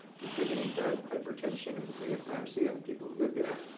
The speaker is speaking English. contributing to hypertension, and pre-eclampsia, and people who live there.